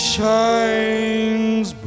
Shines